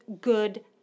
good